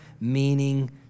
meaning